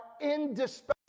indispensable